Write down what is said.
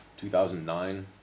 2009